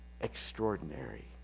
extraordinary